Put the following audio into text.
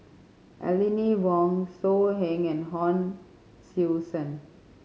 Aline Wong So Heng and Hon Sui Sen